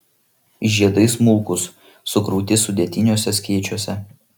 žiedai smulkūs sukrauti sudėtiniuose skėčiuose